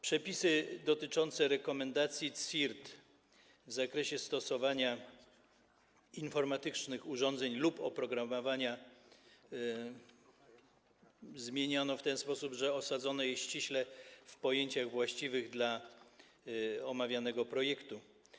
Przepisy dotyczące rekomendacji CSIRT w zakresie stosowania informatycznych urządzeń lub oprogramowania zmieniono w ten sposób, że osadzono je ściśle w pojęciach właściwych dla omawianego projektu.